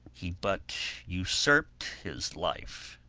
he but usurp'd his life.